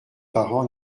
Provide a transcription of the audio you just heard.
parents